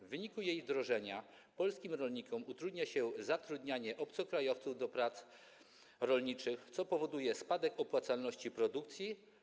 W wyniku jej wdrożenia polskim rolnikom utrudnia się zatrudnianie obcokrajowców do prac rolniczych, co powoduje spadek opłacalności produkcji.